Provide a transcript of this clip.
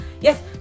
Yes